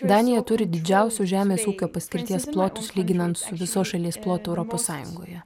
danija didžiausius žemės ūkio paskirties plotus lyginant su visos šalies ploto europos sąjungoje